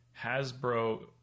Hasbro